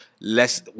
less